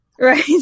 Right